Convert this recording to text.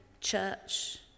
church